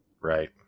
right